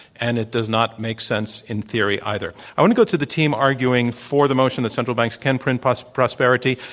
and it does not make sense in theory either. i want to go to the team arguing for the motion that central banks can print but prosperity.